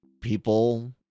people